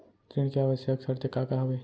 ऋण के आवश्यक शर्तें का का हवे?